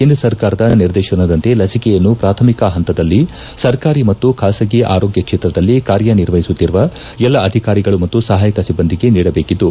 ಕೇಂದ್ರ ಸರ್ಕಾರದ ನಿರ್ದೇಶನದಂತೆ ಲಸಿಕೆಯನ್ನು ಪ್ರಾಥಮಿಕ ಪಂತದಲ್ಲಿ ಸರ್ಕಾರಿ ಮತ್ತು ಖಾಸಗಿ ಆರೋಗ್ಯ ಕ್ಷೇತ್ರದಲ್ಲಿ ಕಾರ್ಯ ನಿರ್ವಹಿಸುತ್ತಿರುವ ಎಲ್ಲಾ ಅಧಿಕಾರಿಗಳು ಮತ್ತು ಸಹಾಯಕ ಸಿಬ್ಬಂದಿಗೆ ನೀಡಬೇಕಿದ್ದು